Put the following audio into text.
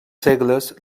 segles